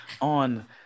on